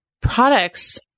products